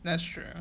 that's true